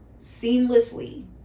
seamlessly